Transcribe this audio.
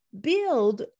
Build